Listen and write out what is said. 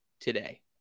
today